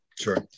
Sure